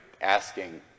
asking